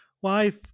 wife